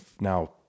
now